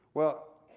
well,